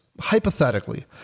hypothetically